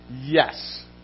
Yes